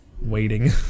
waiting